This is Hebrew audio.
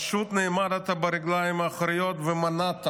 פשוט נעמדת על הרגליים האחוריות ומנעת